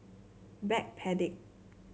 Backpedic